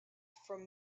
from